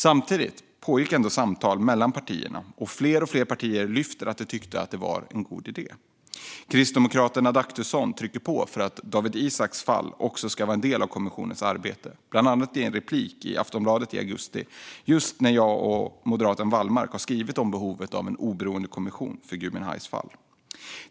Samtidigt pågick ändå samtalen mellan partierna, och fler och fler partier lyfte fram att de tyckte att det var en god idé. Kristdemokraten Adaktusson tryckte på för att Dawit Isaaks fall också skulle vara en del av kommissionens arbete, bland annat i en replik i Aftonbladet i augusti just när jag och moderaten Wallmark hade skrivit om behovet av en oberoende kommission för Gui Minhais fall.